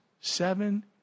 seven